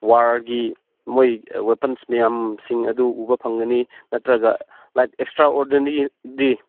ꯋꯥꯔꯒꯤ ꯃꯣꯏ ꯋꯦꯄꯟꯁ ꯃꯌꯥꯝꯁꯤꯡ ꯑꯗꯨ ꯎꯕ ꯐꯪꯒꯅꯤ ꯅꯠꯇ꯭ꯔꯒ ꯂꯥꯏꯛ ꯑꯦꯛꯁꯇ꯭ꯔꯥ ꯑꯣꯔꯗꯤꯅꯔꯤꯗꯤ